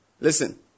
Listen